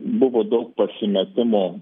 buvo daug pasimetimo